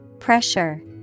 Pressure